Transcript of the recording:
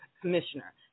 commissioner